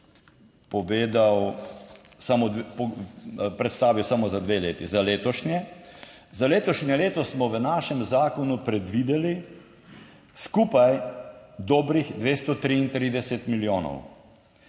predstavil samo za dve leti, za letošnje; za letošnje leto smo v našem zakonu predvideli skupaj dobrih 233 milijonov,